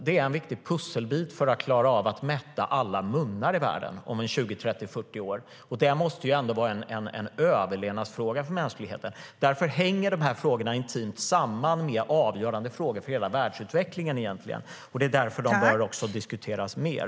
Det är en viktig pusselbit i att klara av att mätta alla munnar i världen om 20, 30, 40 år. Det måste vara en överlevnadsfråga för mänskligheten. Därför hänger de här frågorna intimt samman med frågor som är avgörande för hela världsutvecklingen, och därför bör de diskuteras mer.